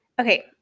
Okay